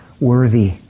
worthy